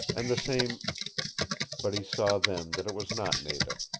and the same but he saw then that it was not nada.